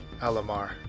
Alamar